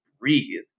breathe